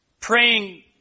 praying